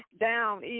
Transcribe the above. Down